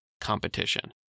competition